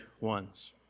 ones